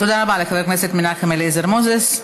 תודה רבה לחבר הכנסת מנחם אליעזר מוזס.